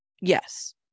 Yes